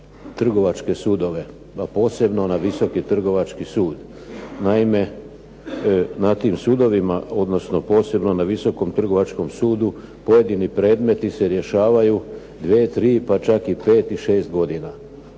trgovačke sudove, a posebno na Visoki trgovački sud. Naime, na tim sudovima, odnosno posebno na Visokom trgovačkom sudu pojedini predmeti se rješavaju dvije, tri, pa čak i pet i šest godina.